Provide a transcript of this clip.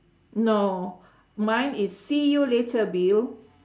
no mine is see you later bill